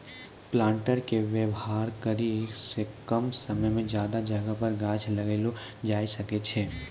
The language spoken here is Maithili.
प्लांटर के वेवहार करी के कम समय मे ज्यादा जगह पर गाछ लगैलो जाय सकै छै